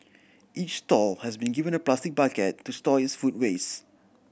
each stall has been given a plastic bucket to store its food waste